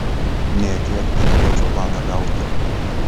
nė kiek nenorėčiau baną gauti